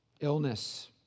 illness